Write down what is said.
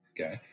Okay